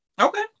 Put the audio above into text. Okay